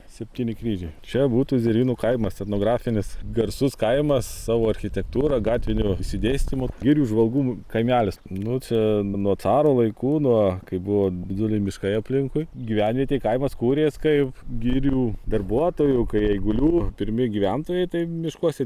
septyni kryžiai čia būtų zervynų kaimas etnografinis garsus kaimas savo architektūra gatviniu išsidėstymu girių žvalgų kaimelis nu čia nuo caro laikų nuo kai buvo diduliai miškai aplinkui gyvenvietė kaimas kūrės kaip girių darbuotojų kai eigulių pirmi gyventojai tai miškuose